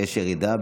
ויש ירידה,